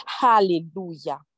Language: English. Hallelujah